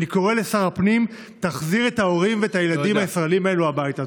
אני קורא לשר הפנים: תחזיר את ההורים ואת הילדים הישראלים האלו הביתה.